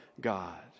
God